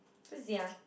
cause you see ah